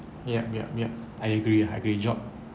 yup yup yup I agree agree job